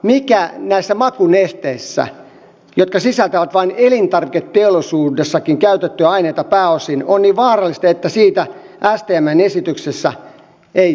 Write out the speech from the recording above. mikä näissä makunesteissä jotka sisältävät vain elintarviketeollisuudessakin käytettyjä aineita pääosin on niin vaarallista että niitä stmn esityksessä ei hyväksytä